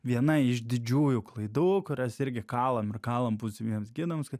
viena iš didžiųjų klaidų kurias irgi kalam ir kalam būsimiems gidams kad